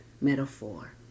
metaphor